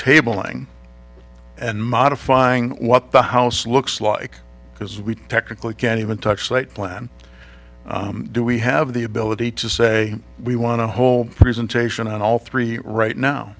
tabling and modifying what the house looks like because we technically can't even touch light plan do we have the ability to say we want a whole presentation on all three right now